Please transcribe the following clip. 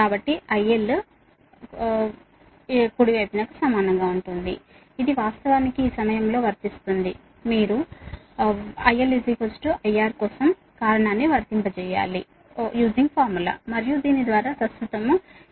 కాబట్టి IL కు సమానం ఇది వాస్తవానికి ఈ సమయంలో వర్తిస్తుంది మీరు లా IL IR కోసం కారణాన్ని వర్తింపజేయాలి మరియు దీని ద్వారా విద్యుత్